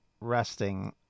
resting